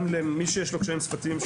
למי שיש לו קשיים שפתיים.